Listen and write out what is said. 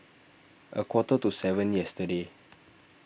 a quarter to seven yesterday